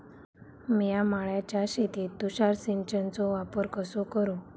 मिया माळ्याच्या शेतीत तुषार सिंचनचो वापर कसो करू?